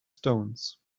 stones